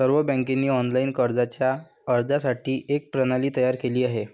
सर्व बँकांनी ऑनलाइन कर्जाच्या अर्जासाठी एक प्रणाली तयार केली आहे